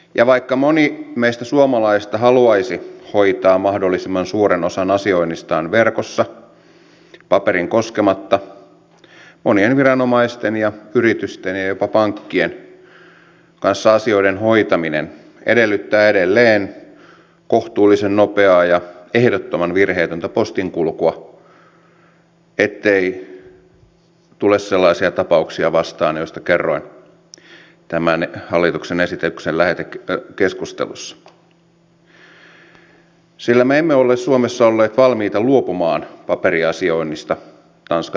ja vaikka moni meistä suomalaisista haluaisi hoitaa mahdollisimman suuren osan asioinnistaan verkossa paperiin koskematta monien viranomaisten ja yritysten ja jopa pankkien kanssa asioiden hoitaminen edellyttää edelleen kohtuullisen nopeaa ja ehdottoman virheetöntä postin kulkua ettei tule vastaan sellaisia tapauksia joista kerroin tämän hallituksen esityksen lähetekeskustelussa sillä me emme ole suomessa olleet valmiita luopumaan paperiasioinnista tanskan tavoin